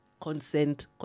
Consent